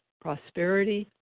prosperity